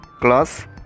class